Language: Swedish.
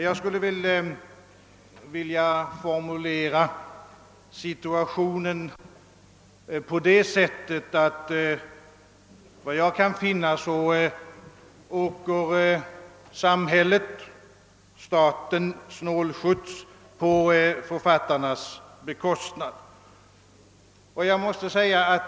Jag skulle vilja formulera situationen på det sättet att samhället-staten åker snålskjuts på författarnas bekostnad.